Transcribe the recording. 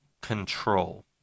control